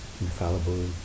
infallible